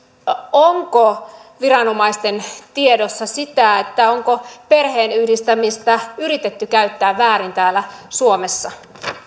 onko viranomaisten tiedossa sitä onko perheenyhdistämistä yritetty käyttää väärin täällä suomessa